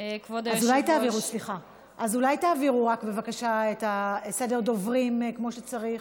אז אולי תעבירו בבקשה את סדר הדוברים כמו שצריך?